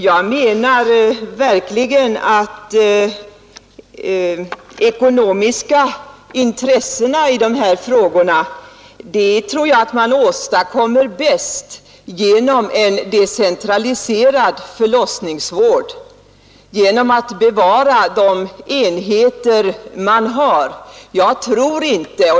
Jag menar verkligen att de ekonomiska intressena främjar man bäst genom en decentraliserad förlossningsvård, genom att bevara de enheter man har.